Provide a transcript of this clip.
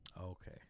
okay